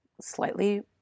slightly